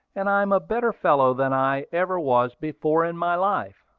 and i am a better fellow than i ever was before in my life.